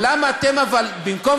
למה אתם, אבל, במקום